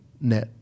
net